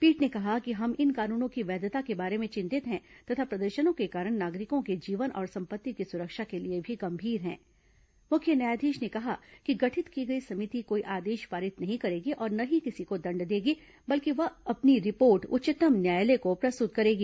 पीठ ने कहा कि हम इन कानूनों की वैधता के बारे में चिंतित हैं तथा प्रदर्षनों के कारण नागरिकों के जीवन और सम्पत्ति की सुरक्षा के लिए भी गंभीर हें मुख्य न्यायाधीष ने कहा कि गठित की गई समिति कोई आदेष पारित नहीं करेगी और न ही किसी को दंड देगी बल्कि वह अपनी रिपोर्ट उच्चतम न्यायालय को प्रस्तुत करेगी